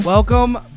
Welcome